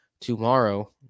tomorrow